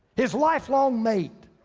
his lifelong mate,